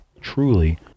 Truly